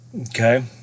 Okay